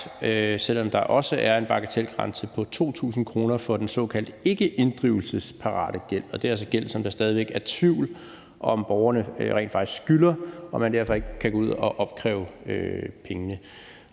selv om der også er en bagatelgrænse på 2.000 kr. for den såkaldte ikkeinddrivelsesparate gæld. Det er altså gæld, som der stadig væk er tvivl om om borgerne rent faktisk skylder, og som man derfor ikke kan gå ud og opkræve pengene